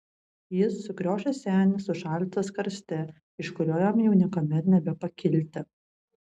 jis sukriošęs senis užšaldytas karste iš kurio jam jau niekuomet nebepakilti